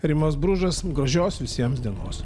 rimas bružas gražios visiems dienos